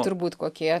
turbūt kokie